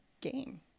game